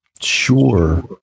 sure